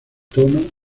tono